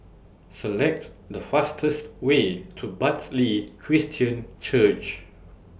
Select The fastest Way to Bartley Christian Church